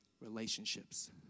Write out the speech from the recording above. Relationships